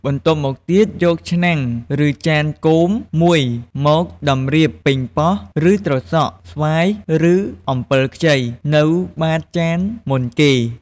បន្ទាប់មកទៀត យកឆ្នាំង ឬចានគោមមួយមកតម្រៀបប៉េងប៉ោះ ឬត្រសក់ ស្វាយ ឬអំពិលខ្ចី នៅបាតចានមុនគេ។